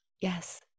Yes